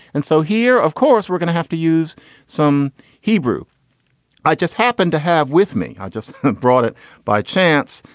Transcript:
and so here, of course, we're gonna have to use some hebrew i just happened to have with me, i just brought it by chance.